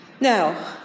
Now